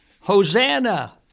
Hosanna